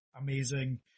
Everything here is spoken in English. amazing